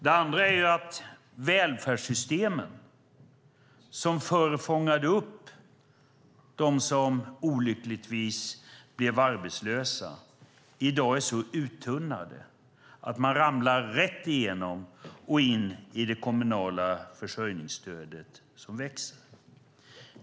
Det andra problemet är att välfärdssystemen, som förr fångade upp dem som olyckligtvis blev arbetslösa i dag är så uttunnade att man ramlar rätt igenom och in i det kommunala försörjningsstödet, som växer.